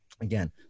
again